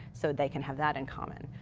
so they can have that in common.